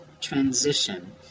transition